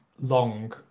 long